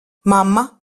mamma